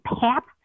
pap